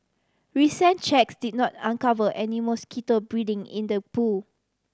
recent checks did not uncover any mosquito breeding in the pool